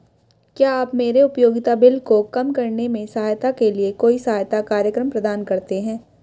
क्या आप मेरे उपयोगिता बिल को कम करने में सहायता के लिए कोई सहायता कार्यक्रम प्रदान करते हैं?